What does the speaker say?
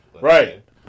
Right